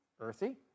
earthy